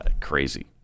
Crazy